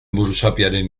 buruzapiaren